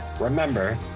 Remember